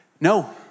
No